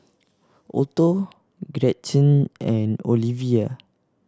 Otto Gretchen and Olevia